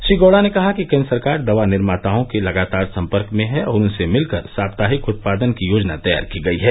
श्री गौडा ने कहा कि केन्द्र सरकार दवा निर्माताओं के लगातार सम्पर्क में है और उनसे मिलकर साप्ताहिक उत्पादन की योजना तैयार की गई है